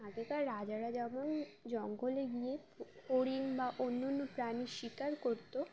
আগেকার রাজারা যেমন জঙ্গলে গিয়ে হরিণ বা অন্য বন্য প্রাণী শিকার করতো